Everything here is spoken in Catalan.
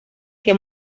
que